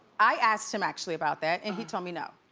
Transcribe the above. i asked him actually about that and he told me no.